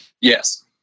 Yes